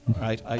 Right